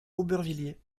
aubervilliers